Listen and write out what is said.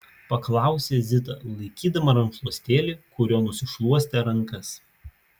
paklausė zita laikydama rankšluostėlį kuriuo nusišluostė rankas